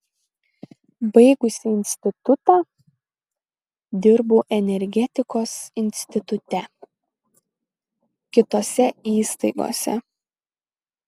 baigusi institutą dirbau energetikos institute kitose įstaigose